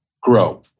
grow